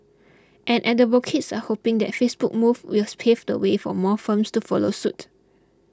and advocates are hoping that Facebook move will pave the way for more firms to follow suit